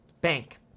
bank